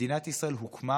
מדינת ישראל הוקמה